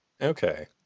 Okay